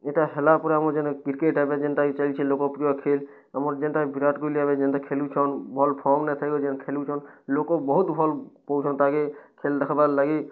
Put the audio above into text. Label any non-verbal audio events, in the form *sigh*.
ଇ'ଟା ହେଲାପରେ ଆମର୍ ଯେନ୍ କ୍ରିକେଟ୍ ଏବେ ଯେନ୍ଟା କି ଚାଲିଛେ ଲୋକପ୍ରିୟ ଖେଲ୍ ଆମର୍ ଯେନ୍ଟା ବିରାଟ୍ କୋହଲି ଏବେ ଯେନ୍ତା ଖେଲୁଛନ୍ ବଲ୍ *unintelligible* ଯେନ୍ ଖେଲୁଛନ୍ ଲୋକ୍ ବହୁତ୍ ଭଲ୍ ପାଉଛନ୍ ତାଙ୍କେ ଖେଲ୍ ଦେଖ୍ବାର୍ ଲାଗି